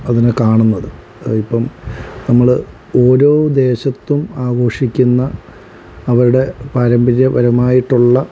അതിനെ കാണുന്നത് അതിപ്പം നമ്മള് ഓരോ ദേശത്തും ആഘോഷിക്കുന്ന അവരുടെ പാരമ്പര്യപരമായിട്ടുള്ള